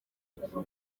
cyangwa